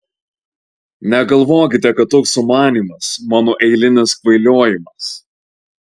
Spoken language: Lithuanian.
negalvokite kad toks sumanymas mano eilinis kvailiojimas